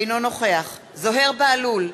אינו נוכח זוהיר בהלול,